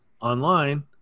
online